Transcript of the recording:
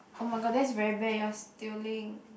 oh-my-god that's very bad you're stealing